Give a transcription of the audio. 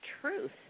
truth